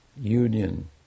union